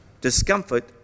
discomfort